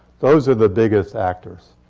those are the biggest actors.